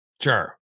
Sure